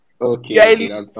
Okay